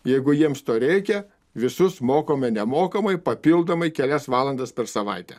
jeigu jiems to reikia visus mokome nemokamai papildomai kelias valandas per savaitę